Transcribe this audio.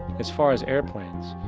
as far as airplanes,